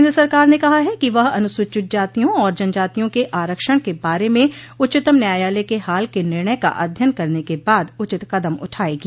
केन्द्र सरकार ने कहा है कि वह अनुसूचित जातियों और जनजातियों के आरक्षण के बारे में उच्चतम न्यायालय के हाल के निर्णय का अध्ययन करने के बाद उचित कदम उठाएगी